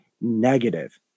negative